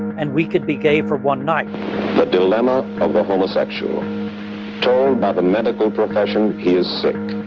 and we could be gay for one night the dilemma of the homosexual told by the medical profession he is sick,